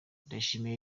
ndayishimiye